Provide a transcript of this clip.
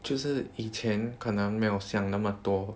就是以前可能没有想那么多